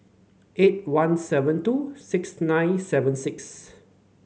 eight one seven two six nine seven six